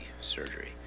surgery